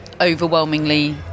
overwhelmingly